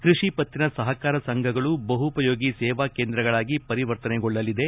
ಕೃಷಿ ಪತ್ತಿನ ಸಹಕಾರ ಸಂಘಗಳು ಬಹುಪಯೋಗಿ ಸೇವಾ ಕೇಂದ್ರಗಳಾಗಿ ಪರಿವರ್ತನೆಗೊಳ್ಳಲಿದೆ